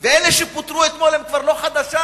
ואלה שפוטרו אתמול הם כבר לא חדשה,